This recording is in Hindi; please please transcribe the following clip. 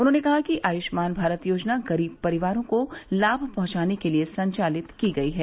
उन्होंने कहा कि आयुष्मान भारत योजना गरीब परिवारों को लाम पहुंचाने के लिये संचालित की गई है